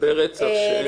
לגבי רצח שאין התיישנות.